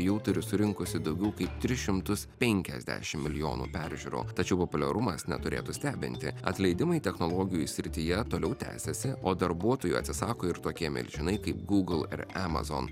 jau turi surinkusi daugiau kaip tris šimtus penkiasdešim milijonų peržiūrų tačiau populiarumas neturėtų stebinti atleidimai technologijų srityje toliau tęsiasi o darbuotojų atsisako ir tokie milžinai kaip google ir amazon